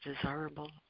desirable